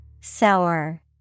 Sour